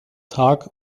tag